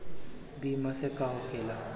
बीमा से का होखेला?